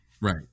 Right